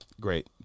great